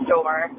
store